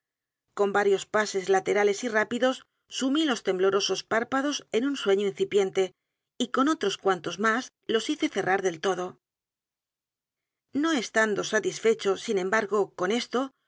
con varios pases laterales y rápidos sumí los temblorosos párpados en un sueño incipiente y con otros cuantos más los hice cerrar del todo no estando satisfecho sin embargo con esto